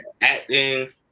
acting